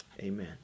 Amen